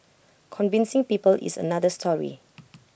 convincing people is another story